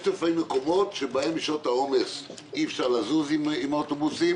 יש לפעמים מקומות שבהם בשעות העומס אי אפשר לזוז עם האוטובוסים